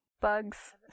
Bugs